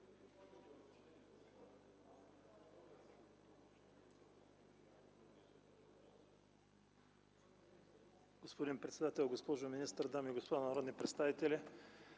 господин председател. Уважаема госпожо министър, дами и господа народни представители!